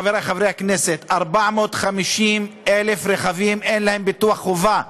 חברי חברי הכנסת: ל-450,000 אין ביטוח חובה.